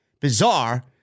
bizarre